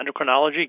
endocrinology